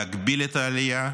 להגביל את העלייה,